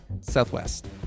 southwest